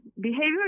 behavior